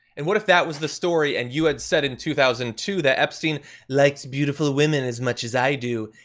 and what if that was the story and you had said in two thousand and two that epstein likes beautiful women as much as i do.